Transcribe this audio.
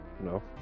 No